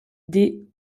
des